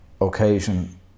occasion